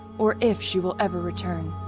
or if, she will ever return.